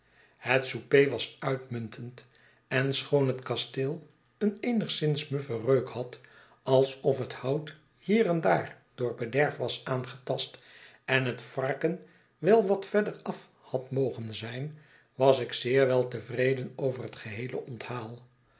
het souper was uitmuntend en schoon het kasteel een eenigszins muffen reuk had alsof het hout hier en daar door bederf was aangetast en het varken wel wat verderafhad mogen zijn was ik zeer wel teyreden over het geheele onthaal